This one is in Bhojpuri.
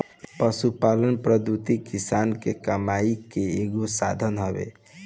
पशुपालन पद्धति किसान के कमाई के एगो साधन हवे